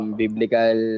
biblical